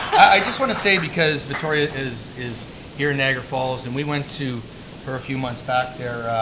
i just want to say, because victoria is is here in niagara falls, and we went to her a few months back there,